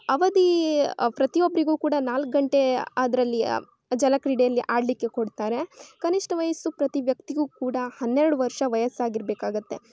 ಅವಧಿ ಪ್ರತಿಯೊಬ್ಬರಿಗು ಕೂಡ ನಾಲ್ಕು ಗಂಟೆ ಅದರಲ್ಲಿ ಜಲಕ್ರೀಡೆಯಲ್ಲಿ ಆಡಲಿಕ್ಕೆ ಕೊಡ್ತಾರೆ ಕನಿಷ್ಠ ವಯಸ್ಸು ಪ್ರತಿ ವ್ಯಕ್ತಿಗೂ ಕೂಡ ಹನ್ನೆರಡು ವರ್ಷ ವಯಸ್ಸು ಆಗಿರಬೇಕಾಗತ್ತೆ